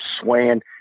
swaying